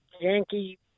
Yankee